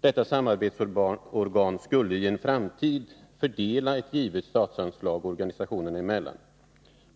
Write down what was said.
Detta samarbetsorgan skulle i en framtid fördela ett givet Onsdagen den statsanslag organisationerna emellan.